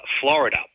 Florida